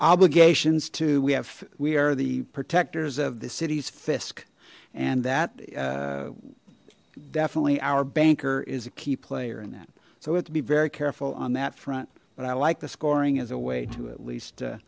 obligations to we have we are the protectors of the city's fisc and that definitely our banker is a key player in that so it to be very careful on that front but i like the scoring as a way to at least